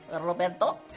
Roberto